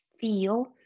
feel